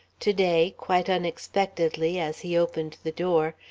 to-day, quite unexpectedly, as he opened the door,